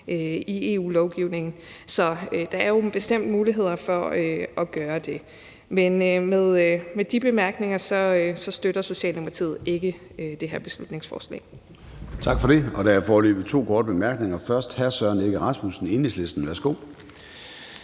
i EU-lovgivningen. Så der er bestemt muligheder for at gøre det. Med de bemærkninger støtter Socialdemokratiet ikke det her beslutningsforslag. Kl. 10:28 Formanden (Søren Gade): Tak for det. Der er foreløbig to korte bemærkninger. Først er det hr. Søren Egge Rasmussen, Enhedslisten. Værsgo.